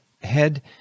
head